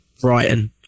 Brighton